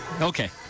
Okay